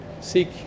seek